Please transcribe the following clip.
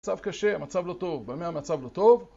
מצב קשה, המצב לא טוב, במה המצב לא טוב?